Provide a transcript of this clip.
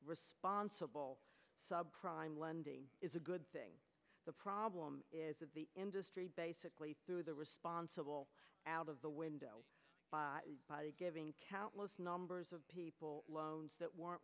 responsible subprime lending is a good thing the problem is that the industry basically threw the responsible out of the window by giving countless numbers of people loans that weren't